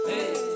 Hey